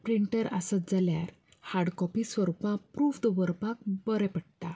printer आसत जाल्यार hard copy स्वरुपांत प्रूफ दवरपाक बरें पडटा